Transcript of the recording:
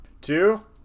Two